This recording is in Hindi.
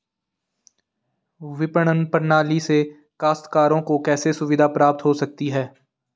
विपणन प्रणाली से काश्तकारों को कैसे सुविधा प्राप्त हो सकती है?